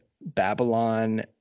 Babylon